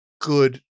good